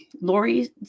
Lori